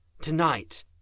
Tonight